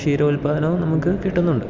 ക്ഷീരോത്പാദനവും നമുക്ക് കിട്ടുന്നുണ്ട്